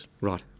right